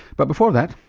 but before that,